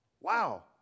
Wow